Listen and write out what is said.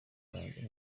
yanjye